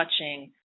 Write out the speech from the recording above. touching